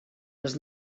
les